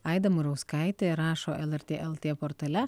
aida murauskaitė rašo lrt lt portale